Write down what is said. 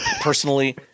personally